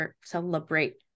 celebrate